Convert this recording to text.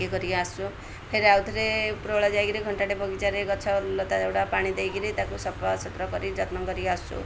ଇଏ କରି ଆସୁ ଫେର ଆଉ ଥରେ ଉପରଓଳି ଯାଇକିରି ଘଣ୍ଟାଟେ ବଗିଚାରେ ଗଛଲତା ଯେଉଁଗୁଡ଼ା ପାଣି ଦେଇକିରି ତାକୁ ସଫା ସୁତୁର କରି ଯତ୍ନ କରି ଆସୁ